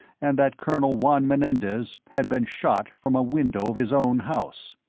and that colonel juan menendez had been shot from a window of his own house.